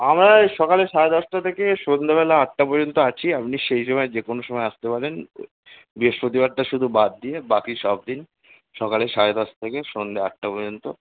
আমদের সকালে সাড়ে দশটা থেকে সন্ধেবেলা আটটা পর্যন্ত আছি আপনি সেই সময় যে কোনো সময় আসতে পারেন বৃহস্পতিবারটা শুধু বাদ দিয়ে বাকি সব দিন সকালে সাড়ে দশটা থেকে সন্ধ্যে আটটা পর্যন্ত